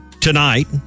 tonight